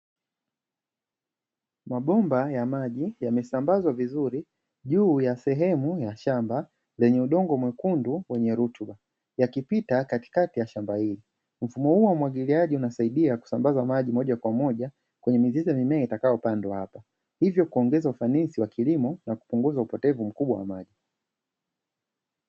Mabomba ya maji yamesambazwa vizuri juu ya sehemu ya shamba lenye udongo mwekundu wenye rutuba, yakipita katikati ya shamba ilo. Mfumo huu wa umwagiliaji unasaidia kusambaza maji moja kwa moja, kwenye mizizi ya mimea itakayopandwa hapa. Ivyo kuongeza ufanisi wa kilimo na kupunguza upotevu wa maji.